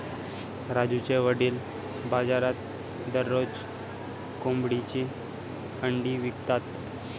राजूचे वडील बाजारात दररोज कोंबडीची अंडी विकतात